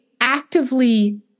actively